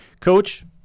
coach